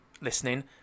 listening